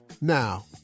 Now